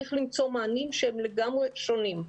צריך למצוא מענים שהם לגמרי שונים.